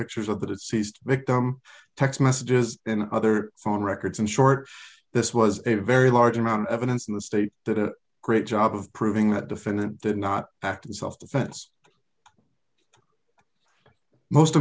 pictures of the deceased victim text messages in other phone records in short this was a very large amount of evidence in the state did a great job of proving that defendant did not act in self defense most